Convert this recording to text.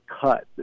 cut